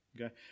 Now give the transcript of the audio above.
Okay